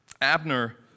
Abner